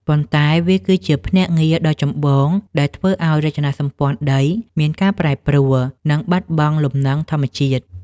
ប៉ុន្តែវាគឺជាភ្នាក់ងារដ៏ចម្បងដែលធ្វើឱ្យរចនាសម្ព័ន្ធដីមានការប្រែប្រួល និងបាត់បង់លំនឹងធម្មជាតិ។